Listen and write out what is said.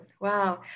Wow